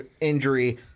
injury